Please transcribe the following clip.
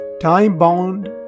time-bound